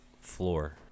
Floor